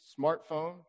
smartphone